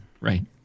right